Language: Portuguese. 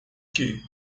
que